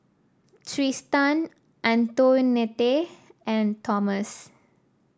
Tristan Antoinette and Thomas